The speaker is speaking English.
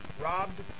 robbed